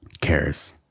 cares